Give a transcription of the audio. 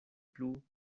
plu